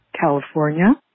California